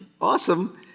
awesome